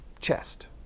chest